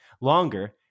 longer